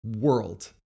world